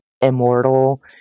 immortal